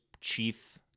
chief